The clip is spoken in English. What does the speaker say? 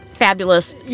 fabulous